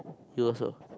you also